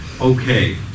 Okay